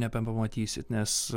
nebepamatysit nes